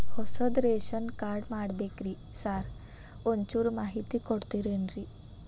ಹೊಸದ್ ration card ಮಾಡ್ಬೇಕ್ರಿ sir ಒಂಚೂರ್ ಮಾಹಿತಿ ಕೊಡ್ತೇರೆನ್ರಿ?